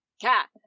Cat